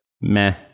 Meh